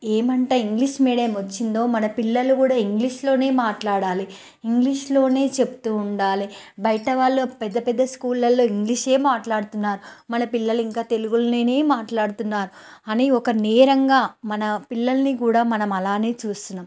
ఏమంటే English medium వచ్చిందో మన పిల్లలు కూడా ఇంగ్లీష్లోనే ఇంగ్లీష్లోనే చెప్తూ ఉండాలి బయట వాళ్ళ పెద్దపెద్ద స్కూళ్లల్లో ఇంగ్లీషే మాట్లాడుతున్నారు మన పిల్లలు ఇంకా తెలుగులోనే మాట్లాడుతున్నారు అని ఒక నేరంగా మన పిల్లల్ని కూడా మనం అలానే చూస్తున్నాం